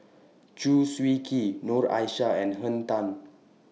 Chew Swee Kee Noor Aishah and Henn Tan